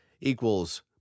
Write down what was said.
equals